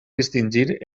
distingir